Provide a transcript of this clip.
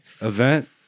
event